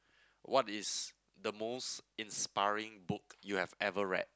what is the most inspiring book you have ever read